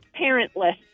parentless